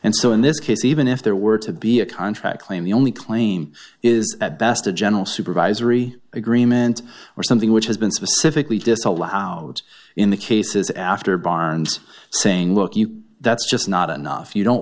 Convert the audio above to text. and so in this case even if there were to be a contract claim the only claim is at best a general supervisory agreement or something which has been specifically disallow in the cases after bar and saying look you that's just not enough you don't